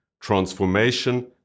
transformation